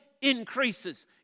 increases